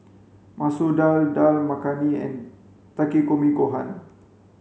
Masoor Dal Dal Makhani and Takikomi Gohan